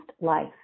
life